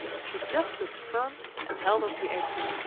she just looked firm and held up the apron.